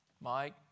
Mike